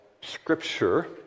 scripture